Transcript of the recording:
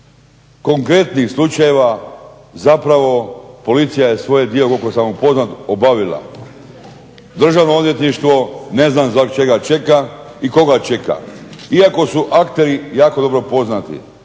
konkretnih slučajeva, zapravo svoj policija je svoj dio obavila. Državno odvjetništvo ne znam koga čeka. Iako su akteri jako dobro poznati.